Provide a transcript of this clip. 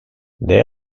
they